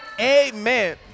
amen